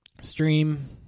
Stream